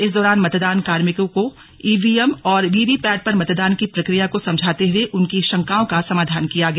इस दौरान मतदान कार्मिकों को ईवीएम और वीवीपैट पर मतदान की प्रक्रिया को समझाते हुए उनकी शंकाओं का समाधान किया गया